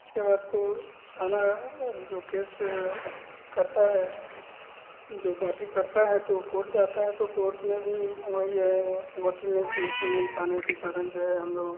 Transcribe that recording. इसके बाद को थाना जो केस करता है जो पार्टी करता है तो वह कोर्ट जाता है तो कोर्ट में भी वही है वक़ील नहीं सही से मिल पाने के कारण जो है हम लोग